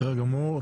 בסדר גמור.